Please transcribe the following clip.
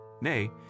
nay